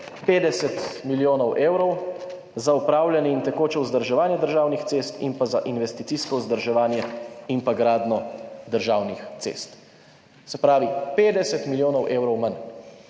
50 milijonov evrov za upravljanje in tekoče vzdrževanje državnih cest in pa za investicijsko vzdrževanje in pa gradnjo državnih cest. Se pravi 50 milijonov evrov manj.